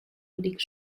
bleak